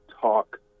talk